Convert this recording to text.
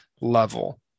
level